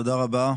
תודה רבה.